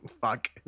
Fuck